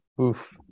Oof